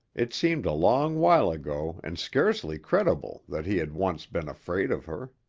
it seemed a long while ago and scarcely credible that he had once been afraid of her.